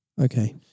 Okay